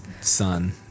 son